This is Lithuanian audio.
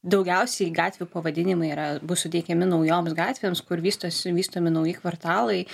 daugiausiai gatvių pavadinimai yra bus suteikiami naujoms gatvėms kur vystosi vystomi nauji kvartalai